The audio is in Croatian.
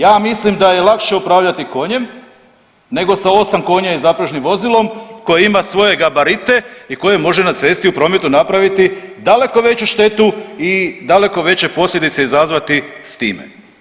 Ja mislim da je lakše upravljati konjem, nego sa 8 konja i zaprežnim vozilom koje ima svoje gabarite i koje može na cesti u prometu napraviti daleko veću štetu i daleko veće posljedice izazvati s time.